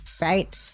right